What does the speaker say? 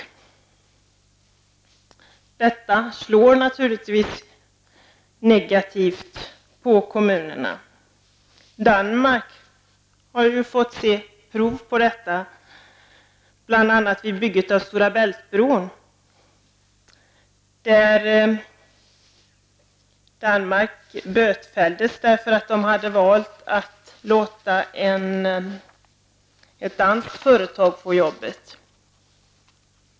Detta är naturligtvis negativt för kommunerna. Danmark har fått se prov på detta bl.a. vid byggandet av Stora Bältbron. Danmark bötfälldes för att man hade valt att anlita ett danskt företag för detta uppdrag.